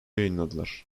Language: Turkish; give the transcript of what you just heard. yayınladılar